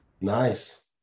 nice